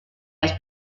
las